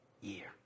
year